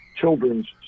children's